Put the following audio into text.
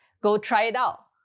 go try it out.